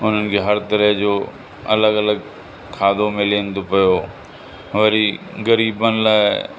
हुननि खे हर तरह जो अलॻि अलॻि खाधो मिलनि थो पियो वरी ग़रीबनि लाइ